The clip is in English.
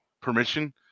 permission